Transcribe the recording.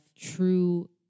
true